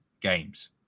games